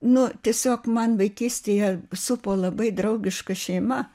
nu tiesiog man vaikystėje supo labai draugiška šeima